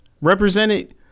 represented